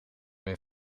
een